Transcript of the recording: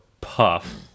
Puff